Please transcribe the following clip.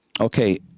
okay